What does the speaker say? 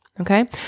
Okay